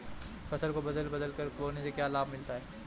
फसल को बदल बदल कर बोने से क्या लाभ मिलता है?